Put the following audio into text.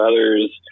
others